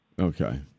Okay